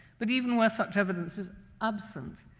but even where such evidence is absent,